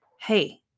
hey